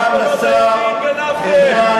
אחריות,